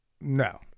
No